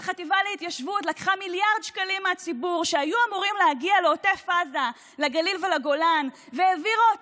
את המחיר הזה ישלמו אלה שיוצאים בבוקר לעבודה להביא את